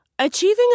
Achieving